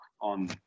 on